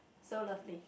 so lovely